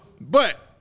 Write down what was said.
But-